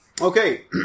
Okay